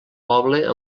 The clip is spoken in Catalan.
poble